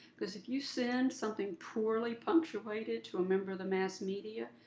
because if you send something poorly punctuated to a member of the mass media,